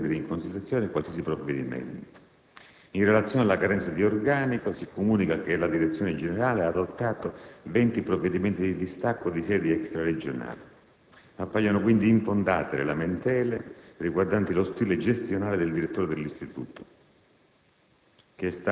prima di prendere in considerazione qualsiasi provvedimento. In relazione alla carenza di organico si comunica che la direzione generale ha adottato circa 20 provvedimenti di distacco in sedi extraregionali. Appaiono, quindi, infondate le lamentele riguardanti lo stile gestionale del direttore dell'istituto,